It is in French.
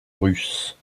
russe